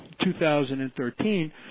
2013